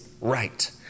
right